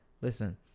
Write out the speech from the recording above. Listen